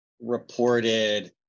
reported